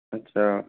अच्छा